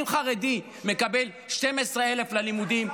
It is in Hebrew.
אם חרדי מקבל 12,000 ללימודים,